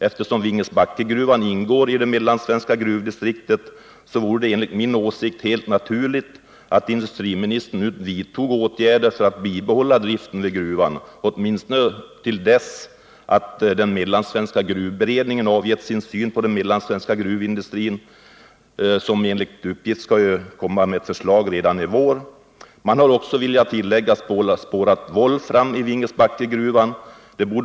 Eftersom Vingesbackegruvar iagår i det mellansvenska gruvdistriktet, vore det enligt min åsikt helt naturligt att industriministern nu vidtog åtgärder för att bibehålla driften vid gruvan — åtminstone till dess den mellansvenska gruvberedningen har givit sin syn på den mellansvenska gruvindustrin. Enligt uppgift skall beredningen komma med ett förslag redan i vår. Jag kan tillägga att man har spårat volfram i Vingesbackegruvan.